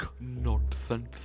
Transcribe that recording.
nonsense